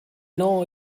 know